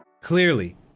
Clearly